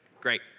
Great